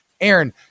Aaron